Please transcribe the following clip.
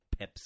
Pepsi